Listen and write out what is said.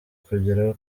kugeraho